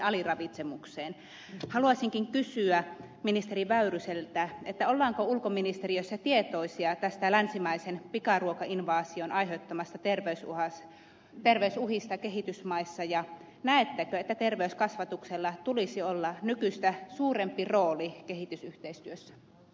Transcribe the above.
haluaisinkin kysyä ministeri väyryseltä ollaanko ulkoministeriössä tietoisia näistä länsimaisen pikaruokainvaasion aiheuttamista terveysuhista kehitysmaissa ja näettekö että terveyskasvatuksella tulisi olla nykyistä suurempi rooli kehitysyhteistyössä